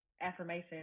affirmation